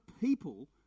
people